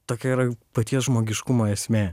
tokia yra paties žmogiškumo esmė